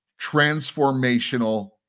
transformational